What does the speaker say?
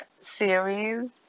series